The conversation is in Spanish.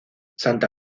santa